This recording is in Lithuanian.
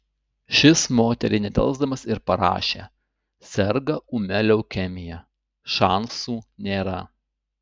šis moteriai nedelsdamas ir parašė serga ūmia leukemija šansų nėra